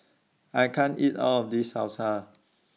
I can't eat All of This Salsa